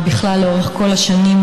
ובכלל לאורך כל השנים,